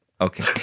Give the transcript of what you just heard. Okay